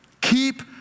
Keep